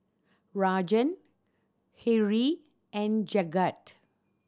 Rajan Hri and Jagat